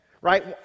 Right